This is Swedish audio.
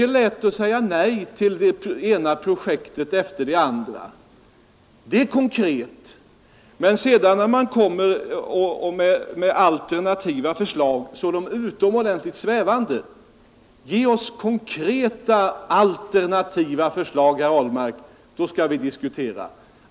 Det är lätt att säga nej till det ena projektet efter det andra — det är konkret! Men när man kommer med alternativa förslag är dessa utomordentligt svävande. Ge oss konkreta förslag, herr Ahlmark! Då skall vi diskutera.